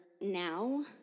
now